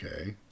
Okay